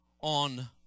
on